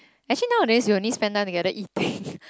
actually nowadays we only spend time together eating